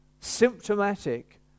symptomatic